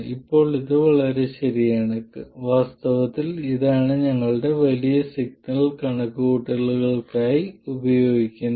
ഇപ്പോൾ ഇത് ശരിയാണ് വാസ്തവത്തിൽ ഇതാണ് ഞങ്ങളുടെ വലിയ സിഗ്നൽ കണക്കുകൂട്ടലുകൾക്കായി ഉപയോഗിക്കുന്നത്